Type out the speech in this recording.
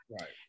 Right